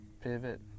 pivot